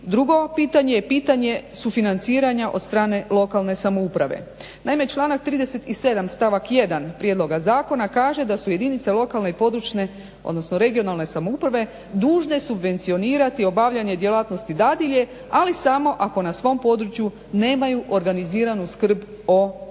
je pitanje sufinanciranja od strane lokalne samouprave. naime, članak 37.stavak 1.prijedloga zakona kaže da su jedinice lokalne i područne odnosno regionalne samouprave dužne subvencionirati obavljanje djelatnosti dadilje ali samo ako na svom području nemaju organiziranu skrb o djeci.